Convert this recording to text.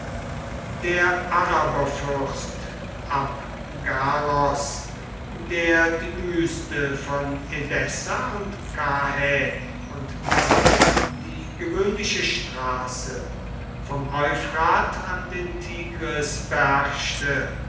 der araberfürst abgaros der die wüste von edessa und karrhä und damit die gewöhnliche straße vom euphrat an den tigris beherrschte